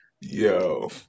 Yo